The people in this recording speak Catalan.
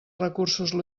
recursos